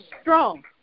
strong